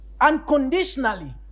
unconditionally